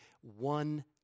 one